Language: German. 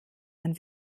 man